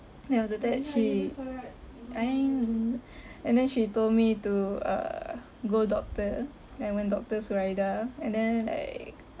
then after that she and then she told me to uh go doctor then I went doctor zuraidah and then like